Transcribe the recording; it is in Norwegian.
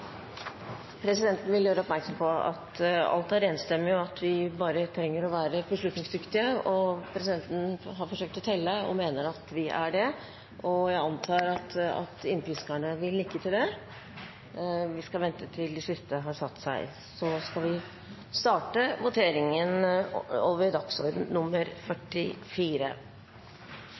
Presidenten vil gjøre oppmerksom på at det ligger an til enstemmige vedtak i alle saker, og at vi bare trenger å være beslutningsdyktige. Presidenten har forsøkt å telle, og mener at vi er det – og antar at innpiskerne vil nikke til det. – Vi skal vente til de siste har satt seg, så er vi